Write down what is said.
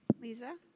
Lisa